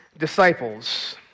disciples